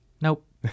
Nope